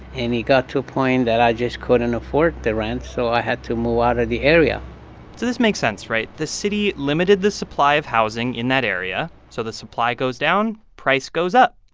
and it got to a point that i just couldn't afford the rent, so i had to move out of the area so this makes sense, right? the city limited the supply of housing in that area, so the supply goes down, price goes up.